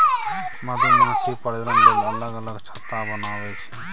मधुमाछी प्रजनन लेल अलग अलग छत्ता बनबै छै